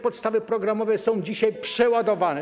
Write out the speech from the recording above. Podstawy programowe są dzisiaj przeładowane.